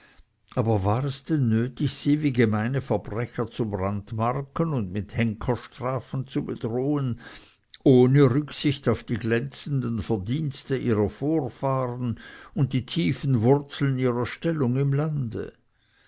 aber war es denn nötig sie wie gemeine verbrecher zu brandmarken und mit henkerstrafen zu bedrohen ohne rücksicht auf die glänzenden verdienste ihrer vorfahren und die tiefen wurzeln ihrer stellung im lande